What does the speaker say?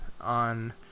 on